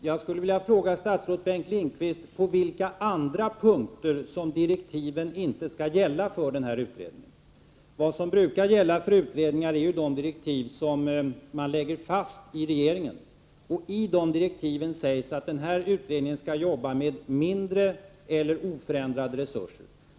Herr talman! Jag vill fråga statsrådet Bengt Lindqvist på vilka andra punkter som direktiven för den här utredningen inte skall gälla. Vad som brukar gälla för utredningar är ju de direktiv som man lägger fast för utredningen, och i direktiven för den här utredningen sägs att denna skall arbeta med mindre eller oförändrade resurser.